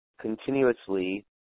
continuously